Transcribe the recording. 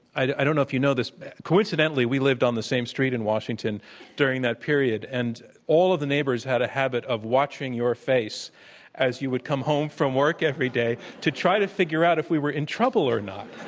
i don't know if you know this, but coincidentally, we lived on the same street in washington during that period, and all of the neighbors had a habit of watching your face as you would come home from work every day to try to figure out if we were in trouble trouble or not.